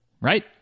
right